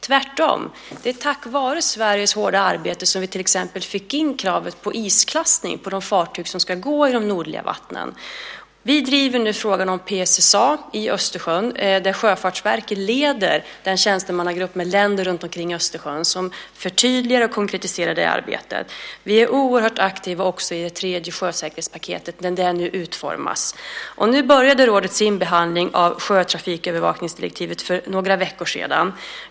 Tvärtom var det tack vare Sveriges hårda arbete som vi till exempel fick in kravet på isklassning av de fartyg som ska gå i de nordliga vattnen. Vi driver nu frågan om PSSA i Östersjön. Sjöfartsverket leder den tjänstemannagrupp med länder runtomkring Östersjön som förtydligar och konkretiserar det arbetet. Vi är också oerhört aktiva i det tredje sjösäkerhetspaketet när detta nu utformas. Nu började rådet sin behandling av sjötrafikövervakningsdirektivet för några veckor sedan.